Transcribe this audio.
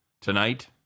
tonight